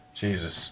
Jesus